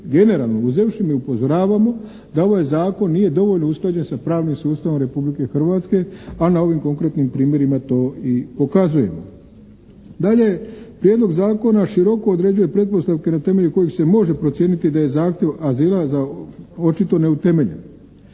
generalno uzevši, mi upozoravamo da ovaj zakon nije dovoljno usklađen sa pravnim sustavom Republike Hrvatske, a na ovim konkretnim primjerima to i pokazujemo. Dalje prijedlog zakona široko određuje pretpostavke na temelju kojeg se može procijeniti da je zahtjev azila očito neutemeljen